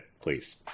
please